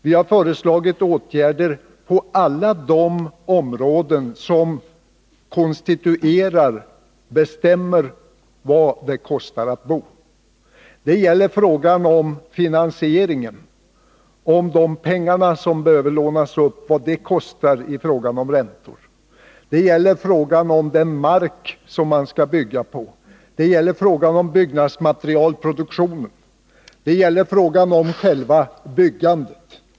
Vi har föreslagit åtgärder på alla de områden som bestämmer vad det kostar att bo. Det gäller frågan om finansieringen, de pengar som behöver lånas, och vad det kostar i fråga om räntor. Det gäller frågan om den mark man skall bygga på. Det gäller frågan om byggnadsmaterialproduktionen. Det gäller frågan om själva byggandet.